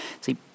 See